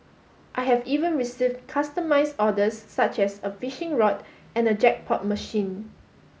I have even received customised orders such as a fishing rod and a jackpot machine